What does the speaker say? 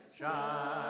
shine